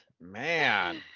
Man